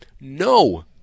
No